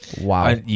Wow